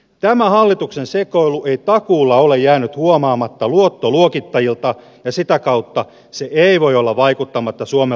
tämä hallituksen sekoilu ei takuulla ole jäänyt huomaamatta luottoluokittajilta ja sitä kautta se ei voi olla vaikuttamatta suomen luottoluokitukseen